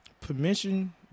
Permission